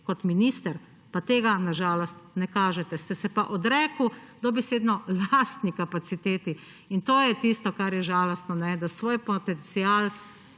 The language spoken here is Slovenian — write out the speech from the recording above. kot minister pa tega na žalost ne kažete, ste se pa odrekli dobesedno lastni kapaciteti. To je tisto, kar je žalostno, da svoj potencial